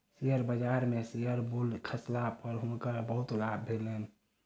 share बजार में share मूल्य खसला पर हुनकर बहुत लाभ भेलैन